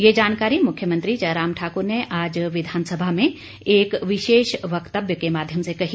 यह जानकारी मुख्यमंत्री जयराम ठाक्र ने आज विधानसभा में एक विशेष वक्तव्य के माध्यम से कही